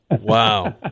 Wow